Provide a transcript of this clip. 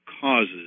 causes